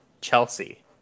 Chelsea